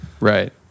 Right